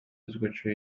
өзгөчө